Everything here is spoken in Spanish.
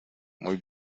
muy